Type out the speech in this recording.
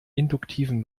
induktiven